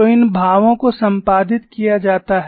तो इन भावों को संपादित किया जाता है